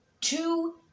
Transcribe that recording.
two